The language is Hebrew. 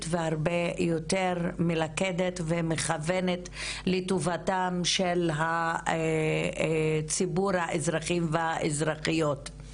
והרבה יותר מלכדת ומכוונת לטובתם של הציבור האזרחים והאזרחיות.